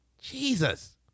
jesus